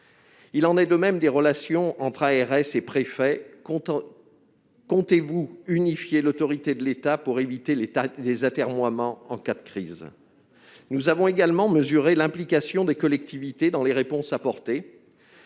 Il en est de même des relations entre ARS et préfet. Comptez-vous unifier l'autorité de l'État pour éviter les atermoiements en cas de crise ? Nous avons également mesuré l'implication des collectivités dans les réponses apportées.